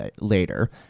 later